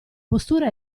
postura